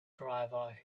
driver